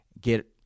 get